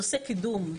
נושא קידום,